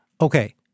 Okay